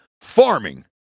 farming